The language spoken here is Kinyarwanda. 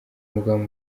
umugaba